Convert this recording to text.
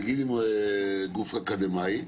נגיד אם גוף אקדמאי,